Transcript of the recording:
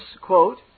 quote